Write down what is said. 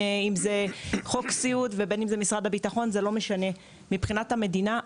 חוק הסיעוד או משרד הביטחון מבחינת המדינה,